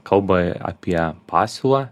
kalba apie pasiūlą